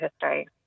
history